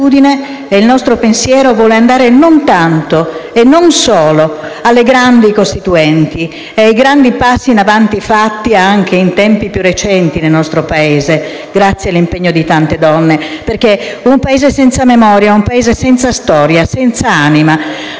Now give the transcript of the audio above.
e il nostro pensiero vogliono andare non tanto e non solo alle grandi Costituenti e ai grandi passi in avanti fatti anche in tempi piu recenti nel nostro Paese, grazie all’impegno di tante donne – un Paese senza memoria eun Paese senza storia, senza anima